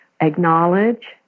acknowledge